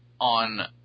on